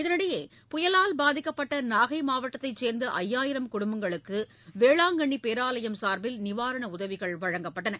இதனிடையே புயலால் பாதிக்கப்பட்ட நாகை மாவட்டத்தைச் சேர்ந்த ஐயாயிரம் குடும்பங்களுக்கு வேளாங்கண்ணி பேராலயம் சார்பில் நிவாரண உதவிகள் வழங்கப்பட்டது